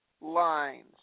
lines